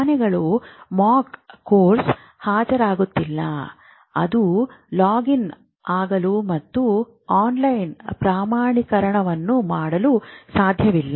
ಆನೆಗಳು ಮೂಕ್ ಕೋರ್ಸ್ಗೆ ಹಾಜರಾಗುತ್ತಿಲ್ಲ ಅವರು ಲಾಗಿನ್ ಆಗಲು ಮತ್ತು ಆನ್ಲೈನ್ ಪ್ರಮಾಣೀಕರಣವನ್ನು ಮಾಡಲು ಸಾಧ್ಯವಿಲ್ಲ